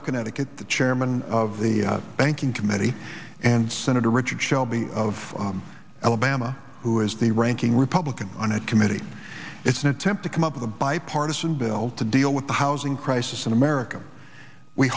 of connecticut the chairman of the banking committee and senator richard shelby of alabama who is the ranking republican on a committee it's an attempt to come up with a bipartisan bill to deal with the housing crisis in america we